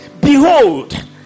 Behold